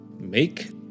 make